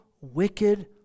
wicked